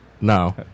no